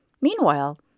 Meanwhile